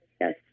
Yes